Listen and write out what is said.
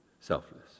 selfless